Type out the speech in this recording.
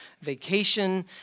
vacation